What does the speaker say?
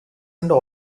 under